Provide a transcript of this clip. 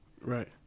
Right